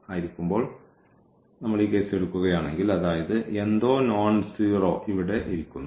ആയിരിക്കുമ്പോൾ നമ്മൾ ഈ കേസ് എടുക്കുകയാണെങ്കിൽ അതായത് എന്തോ നോൺസീറോ ഇവിടെ ഇരിക്കുന്നു